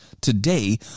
today